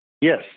Yes